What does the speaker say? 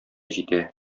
җитә